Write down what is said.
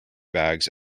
bags